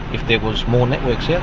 if there was more networks yeah